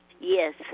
Yes